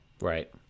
Right